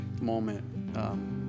moment